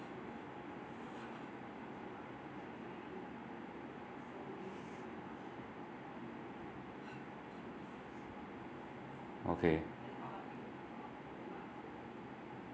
okay